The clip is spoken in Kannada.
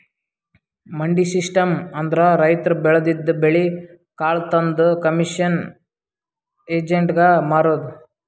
ಮಂಡಿ ಸಿಸ್ಟಮ್ ಅಂದ್ರ ರೈತರ್ ಬೆಳದಿದ್ದ್ ಬೆಳಿ ಕಾಳ್ ತಂದ್ ಕಮಿಷನ್ ಏಜೆಂಟ್ಗಾ ಮಾರದು